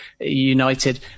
United